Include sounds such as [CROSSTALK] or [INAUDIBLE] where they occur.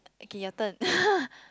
okay your turn [LAUGHS]